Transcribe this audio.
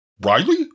Riley